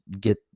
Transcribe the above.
get